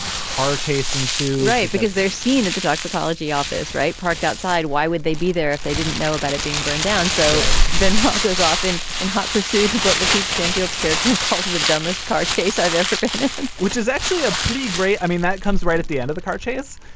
ah car chase ensued. right because they're seen at the toxicology office. right. parked outside. why would they be there if they didn't know about it being burned down? so benwell goes often in hot pursuit of what lockheed's stem fields character calls the the dumbest car chase i've ever been which is actually a pretty great. i mean, that comes right at the end of the car chase.